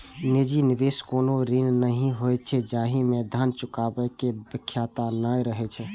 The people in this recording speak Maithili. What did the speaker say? निजी निवेश कोनो ऋण नहि होइ छै, जाहि मे धन चुकाबै के बाध्यता नै रहै छै